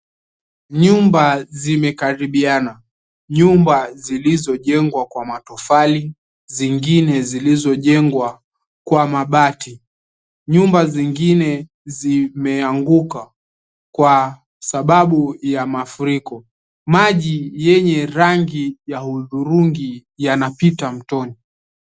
Nyumba zimekaribiana. Nyumba zilizojengwa kwa matofali, zingine zilizojengwa kwa mabati. Nyumba zingine zimeanguka kwa sababu ya mafuriko. Maji yenye rangi ya huthurungi yanapita mtoni.